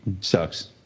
sucks